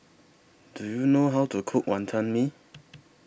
Do YOU know How to Cook Wonton Mee